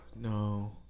no